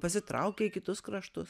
pasitraukė į kitus kraštus